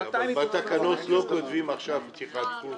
בתקנות לא כותבים עכשיו פתיחת קורס,